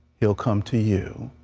he'll come to you.